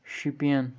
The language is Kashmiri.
شُپین